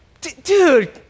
dude